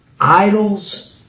idols